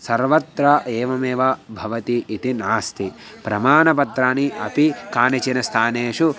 सर्वत्र एवमेव भवति इति नास्ति प्रमाणपत्राणि अपि केषुचन स्थानेषु